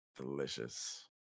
Delicious